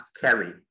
carry